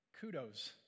Kudos